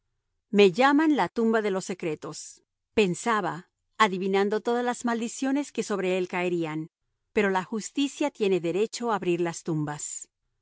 me llaman la tumba de los secretos pensaba adivinando todas las maldiciones que sobre él caerían pero la justicia tiene derecho a abrir las tumbas